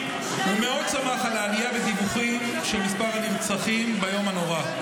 ומאוד שמח על עלייה בדיווחים של מספר הנרצחים ביום הנורא.